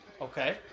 Okay